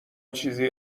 چیزی